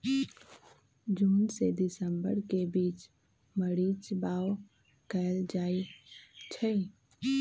जून से दिसंबर के बीच मरीच बाओ कएल जाइछइ